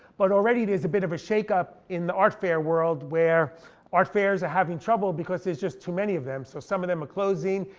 but already there's a bit of a shake up in the art fair world where art fairs are having trouble because there's just too many of them, so some of them are closing.